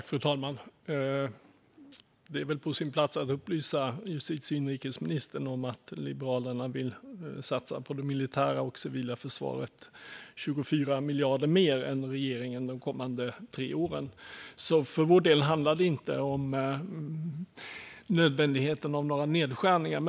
Fru talman! Det är kanske på sin plats att upplysa justitie och inrikesministern om att Liberalerna under de kommande tre åren vill satsa 24 miljarder mer än regeringen på det militära och civila försvaret. För vår del handlar det alltså inte om att det är nödvändigt med nedskärningar.